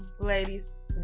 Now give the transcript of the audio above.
ladies